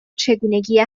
چگونگی